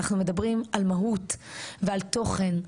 אנחנו מדברים על מהות ועל תוכן.